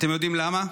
אתם יודעים למה?